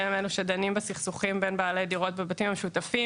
שהם אלו שדנים בסכסוכים בין בעלי דירות בבתים המשותפים,